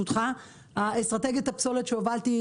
אסטרטגיית הפסולת שהובלתי,